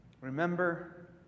Remember